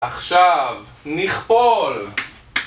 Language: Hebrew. עכשיו נכפול!